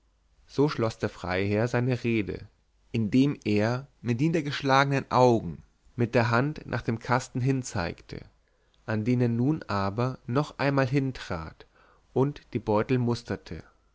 so schloß der freiherr seine rede indem er mit niedergeschlagenen augen vor dem alten stehend mit der hand nach dem kasten hinzeigte an den er nun aber noch einmal hintrat und die beutel musterte